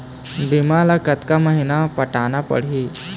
बीमा ला कतका महीना पटाना पड़ही?